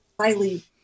highly